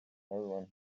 everyone